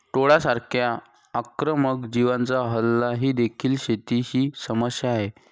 टोळांसारख्या आक्रमक जीवांचा हल्ला ही देखील शेतीची समस्या आहे